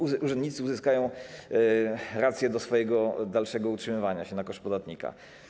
Urzędnicy uzyskają rację swojego dalszego utrzymywania się na koszt podatnika.